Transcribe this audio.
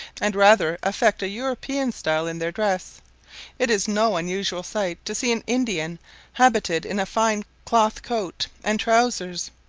and rather affect a european style in their dress it is no unusual sight to see an indian habited in a fine cloth coat and trousers,